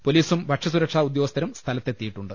പൊലീസും ഭക്ഷ്യ സുരക്ഷാ ഉദ്യോഗസ്ഥരും സ്ഥലത്തെത്തിയിട്ടുണ്ട്